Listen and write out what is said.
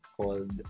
called